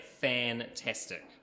Fantastic